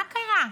מה קרה?